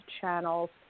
channels